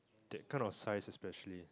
that kind of size especially